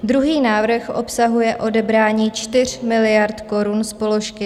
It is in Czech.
Druhý návrh obsahuje odebrání 4 miliard korun z položky